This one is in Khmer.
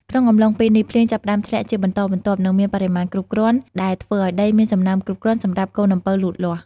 ក្នុងអំឡុងពេលនេះ ភ្លៀងចាប់ផ្តើមធ្លាក់ជាបន្តបន្ទាប់ និងមានបរិមាណគ្រប់គ្រាន់ ដែលធ្វើឱ្យដីមានសំណើមគ្រប់គ្រាន់សម្រាប់កូនអំពៅលូតលាស់។